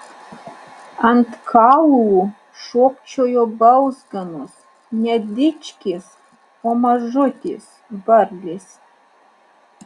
ant kaulų šokčiojo balzganos ne dičkės o mažutės varlės